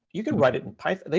you can write it in python.